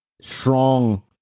strong